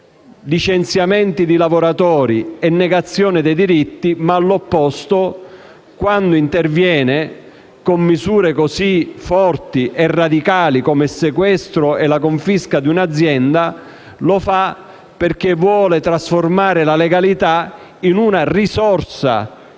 licenziamenti di lavoratori e negazione dei diritti ma, all'opposto, quando interviene con misure così forti e radicali come sequestro e confisca di un'azienda lo fa perché vuole trasformare la legalità in una risorsa